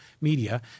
media